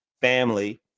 family